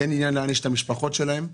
אין עניין להעניש את המשפחות שלהם.